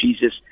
Jesus